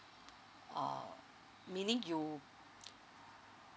err meaning you